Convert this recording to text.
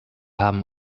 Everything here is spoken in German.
haben